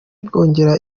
kongere